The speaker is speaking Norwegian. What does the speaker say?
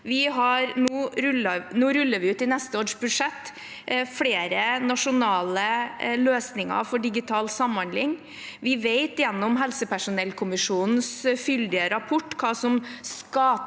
ruller vi ut flere nasjonale løsninger for digital samhandling. Vi vet gjennom helsepersonellkommisjonens fyldige rapport hva som skal til,